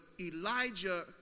Elijah